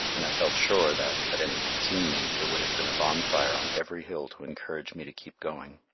and i felt sure that, had any one seen me, there would have been a bonfire on every hill to encourage me to keep going.